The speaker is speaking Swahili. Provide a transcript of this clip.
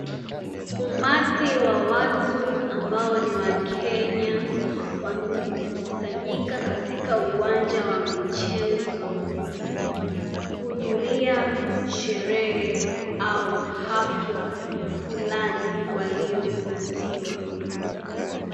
Umati wa watu ambao ni wakenya, wamekusanyika katika uwanja wa michezo kuhudhuria sherehe au hafla fulani walioitiwa.